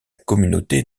communauté